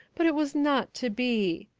but it was not to be.